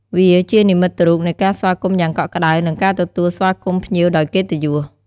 វាជានិមិត្តរូបនៃការស្វាគមន៍យ៉ាងកក់ក្តៅ និងការទទួលស្វាគមន៍ភ្ញៀវដោយកិត្តិយស។